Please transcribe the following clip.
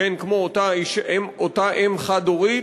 כמו שאותה אם חד-הורית,